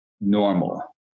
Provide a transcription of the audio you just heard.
normal